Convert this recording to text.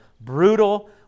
brutal